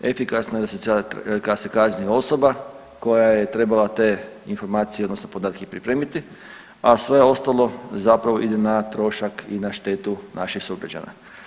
Efikasno je da se kazni osoba koja je treba te informacije odnosno podatke pripremiti, a sve ostalo zapravo ide na trošak i na štetu naših sugrađana.